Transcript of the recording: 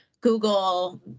Google